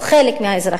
או חלק מהאזרחים.